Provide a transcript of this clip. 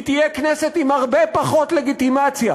היא תהיה כנסת עם הרבה פחות לגיטימציה.